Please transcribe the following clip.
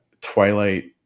twilight